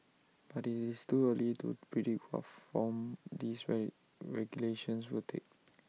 but IT is too early to predict what form these regulations will take